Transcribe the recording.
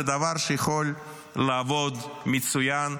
זה דבר שיכול לעבוד מצוין,